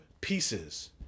pieces